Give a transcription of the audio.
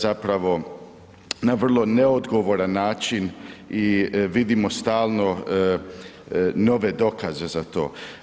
Zapravo na vrlo neodgovoran način i vidimo stalno nove dokaze za to.